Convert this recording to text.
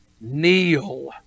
kneel